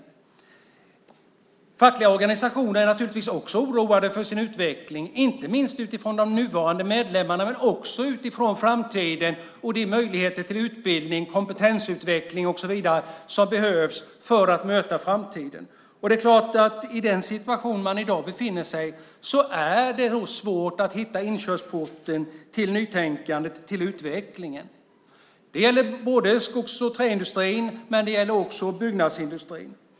De fackliga organisationerna är givetvis också oroade för utvecklingen, dels vad gäller de nuvarande medlemmarna, dels vad gäller möjligheter till utbildning, kompetensutveckling och så vidare som behövs för att möta framtiden. I den situation man i dag befinner sig är det svårt att hitta inkörsporten till nytänkande och utveckling. Det gäller skogs och träindustrin men också byggnadsindustrin.